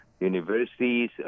universities